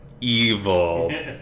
evil